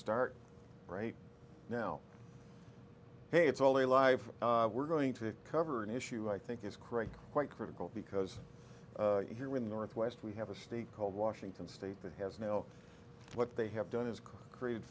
start right now ok it's all the live we're going to cover an issue i think is correct quite critical because here in northwest we have a state called washington state that has no what they have done is created